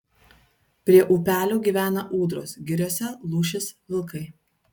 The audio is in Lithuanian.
prie upelių gyvena ūdros giriose lūšys vilkai